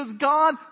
God